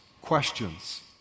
questions